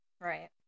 Right